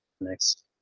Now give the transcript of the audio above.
next